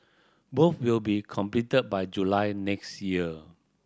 both will be completed by July next year